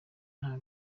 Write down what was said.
nta